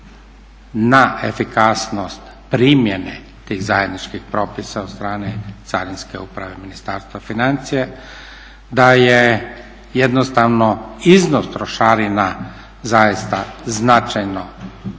na efikasnost primjene tih zajedničkih propisa od strane carinske uprave Ministarstva financija, da je jednostavno iznos trošarina zaista značajno